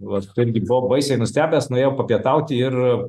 vat irgi buvau baisiai nustebęs nuėjau papietauti ir